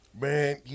Man